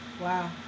Wow